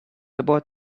about